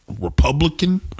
Republican